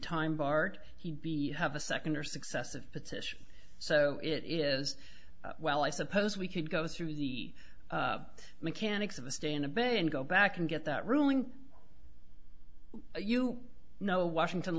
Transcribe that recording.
time bart he'd be have a second or successive petition so it is well i suppose we could go through the mechanics of the stay in a bit and go back and get that ruling you know washington